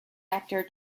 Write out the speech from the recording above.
actor